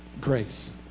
grace